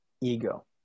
ego